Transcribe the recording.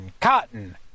Cotton